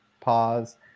pause